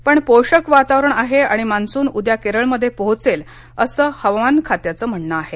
पण पोषक वातावरण आहे आणि मान्सून उद्या केरळमध्ये पोहोचेल अस हवामान खात्याचं म्हणणं आहे